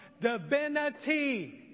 Divinity